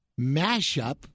mashup